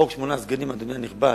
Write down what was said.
חוק שמונה סגנים, אדוני הנכבד,